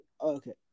Okay